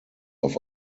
auf